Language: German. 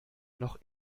noch